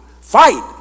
Fight